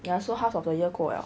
ya so half of the year 过了